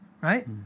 right